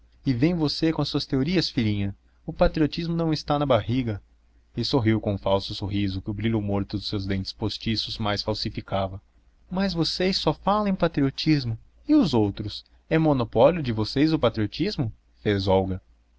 vem você com as suas teorias filhinha o patriotismo não está na barriga e sorriu com um falso sorriso que o brilho morto dos seus dentes postiços mais falsificava mas vocês só falam em patriotismo e os outros é monopólio de vocês o patriotismo